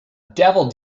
devil